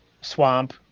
swamp